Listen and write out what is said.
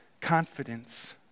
confidence